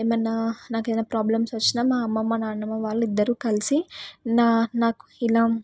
ఏమన్నా నాకు ఏదన్నా ప్రాబ్లమ్స్ వచ్చిన మా అమ్మమ్మ నానమ్మ వాళ్ళు ఇద్దరు కలిసి నా నాకు ఇలా